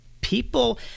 people